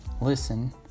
listen